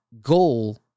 goal